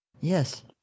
Yes